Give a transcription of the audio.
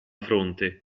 fronte